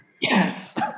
Yes